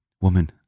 Woman